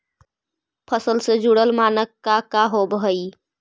फसल से जुड़ल मानक का का होव हइ?